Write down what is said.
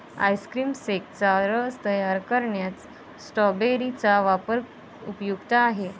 ice cream शेकचा रस तयार करण्यात स्ट्रॉबेरी चा वापर उपयुक्त आहे